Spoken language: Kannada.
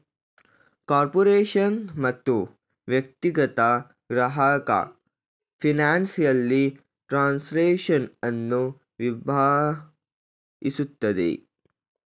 ಕಾರ್ಪೊರೇಷನ್ ಮತ್ತು ವ್ಯಕ್ತಿಗತ ಗ್ರಾಹಕ ಫೈನಾನ್ಸಿಯಲ್ ಟ್ರಾನ್ಸ್ಲೇಷನ್ ಅನ್ನು ನಿಭಾಯಿಸುತ್ತದೆ